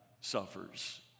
suffers